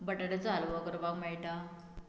बटाट्याचो हालवो करपाक मेळटा